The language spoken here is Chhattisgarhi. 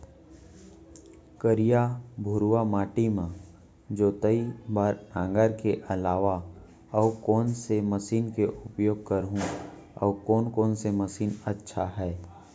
करिया, भुरवा माटी म जोताई बार नांगर के अलावा अऊ कोन से मशीन के उपयोग करहुं अऊ कोन कोन से मशीन अच्छा है?